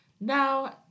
Now